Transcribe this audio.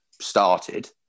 started